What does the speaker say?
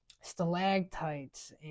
stalactites